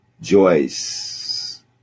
Joyce